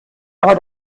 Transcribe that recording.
aber